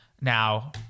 now